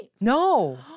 No